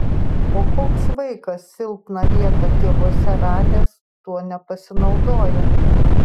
o koks vaikas silpną vietą tėvuose radęs tuo nepasinaudoja